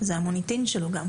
זה המוניטין שלו גם,